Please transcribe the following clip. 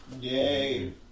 Yay